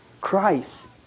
Christ